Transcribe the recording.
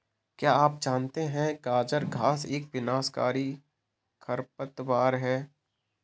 क्या आप जानते है गाजर घास एक विनाशकारी खरपतवार है?